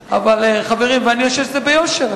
אבל, חברים, ואני חושב שזה ביושר.